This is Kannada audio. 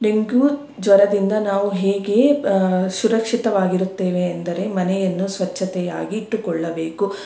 ಡೆಂಗ್ಯೂ ಜ್ವರದಿಂದ ನಾವು ಹೇಗೆ ಸುರಕ್ಷಿತವಾಗಿರುತ್ತೇವೆ ಎಂದರೆ ಮನೆಯನ್ನು ಸ್ವಚ್ಛತೆಯಾಗಿಟ್ಟುಕೊಳ್ಳಬೇಕು